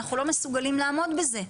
אנחנו לא מסוגלים לעמוד בזה.